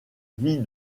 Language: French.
vie